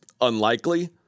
unlikely